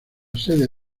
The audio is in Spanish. sede